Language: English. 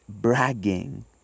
bragging